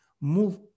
move